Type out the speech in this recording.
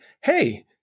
Hey